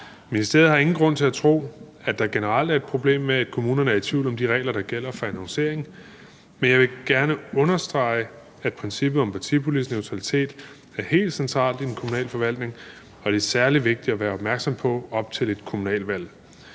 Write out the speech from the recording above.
Ministeriet har ingen grund til at tro, at der generelt er et problem med, at kommunerne er i tvivl om de regler, der gælder for annoncering, men jeg vil gerne understrege, at princippet om partipolitisk neutralitet er helt centralt i den kommunale forvaltning, og det er særlig vigtigt at være opmærksom på op til et kommunalvalg.